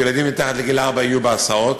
שילדים מתחת לגיל ארבע יהיו בהסעות.